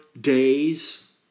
days